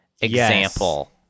example